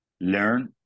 learn